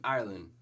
Ireland